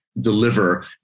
deliver